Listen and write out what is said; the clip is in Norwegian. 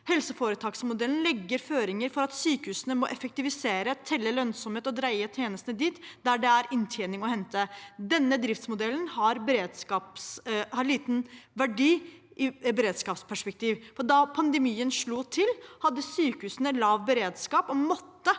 Helseforetaksmodellen legger føringer for at sykehusene må effektivisere, telle lønnsomhet og dreie tjenestene dit det er inntjening å hente. Denne driftsmodellen har liten verdi i et beredskapsperspektiv. Da pandemien slo til, hadde sykehusene lav beredskap og måtte